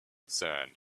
sand